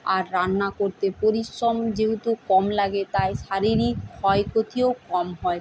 আর রান্না করতে পরিশ্রম যেহেতু কম লাগে তাই শারীরিক ক্ষয় ক্ষতিও খুব কম হয়